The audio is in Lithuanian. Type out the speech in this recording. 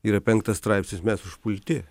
yra penktas straipsnis mes užpulti